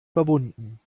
verbunden